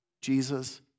Jesus